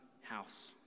house